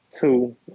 Two